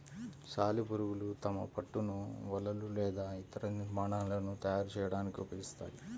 సాలెపురుగులు తమ పట్టును వలలు లేదా ఇతర నిర్మాణాలను తయారు చేయడానికి ఉపయోగిస్తాయి